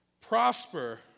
Prosper